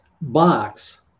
box